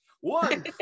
One